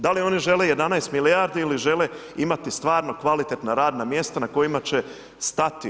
Da li oni žele 11 milijardi ili žele imati stvarno kvalitetna radna mjesta na kojima će stati?